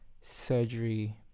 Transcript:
surgery